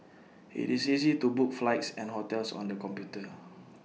IT is easy to book flights and hotels on the computer